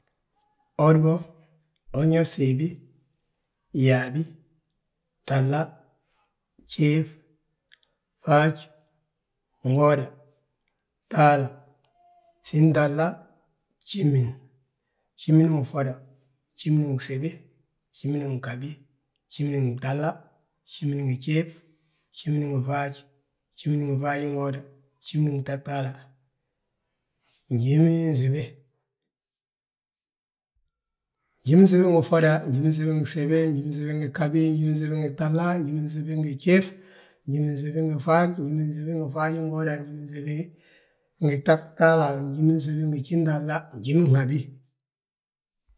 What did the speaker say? bwodibo, unyaa gsiibi, yaabi, gtahla, gjiif, faaj, ngooda, gtahla, gjintahla gjimin, gjimin ngi ffoda gjimin ngi gsiibi, gjimin ngi ghabi gtahla, gjimin ngi gjiif, gjimin ngi faajgjimin ngi faajingooda, gjimin ngi gtahtaala, gjimin ngi gjintahla njiminsibi njiminsibi ngi ffoda, gjimin ngi gsiibi, gjimin ngi ghabi, gjimin ngi gtahla, gjimin ngi gjiif, gjimin ngi faaj gjimin ngi faajingooda, gjimin ngi gtahtaala, gjimin ngi gjintahla njiminhabi.